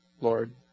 Lord